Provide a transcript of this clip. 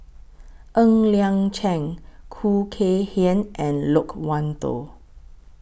Ng Liang Chiang Khoo Kay Hian and Loke Wan Tho